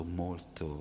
molto